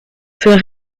für